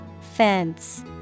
Fence